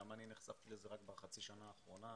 גם אני נחשפתי לזה רק בחצי השנה האחרונה.